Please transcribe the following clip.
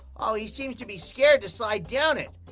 oh, he seems to be scared to slide down it.